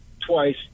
twice